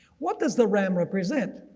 what does the ram represent?